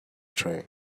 train